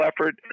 effort